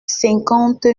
cinquante